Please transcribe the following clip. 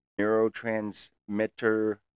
neurotransmitter